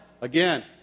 Again